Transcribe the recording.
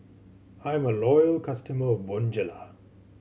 I'm a loyal customer of Bonjela